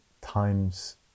times